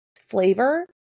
flavor